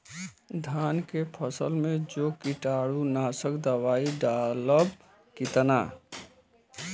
धान के फसल मे जो कीटानु नाशक दवाई डालब कितना?